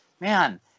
man